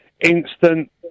instant